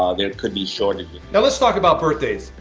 ah there could be shortages. now, let's talk about birthdays.